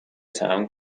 town